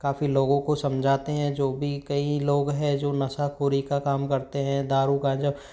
काफ़ी लोगों को समझाते हैं जो भी कई लोग हैं जो नशाखोरी का काम करते हैं दारू गांजा